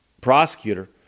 prosecutor